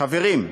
חברים,